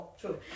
True